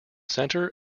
centre